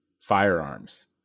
firearms